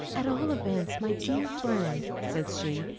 at all events, my dear friend, said she,